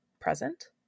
present